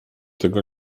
tego